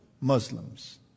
Muslims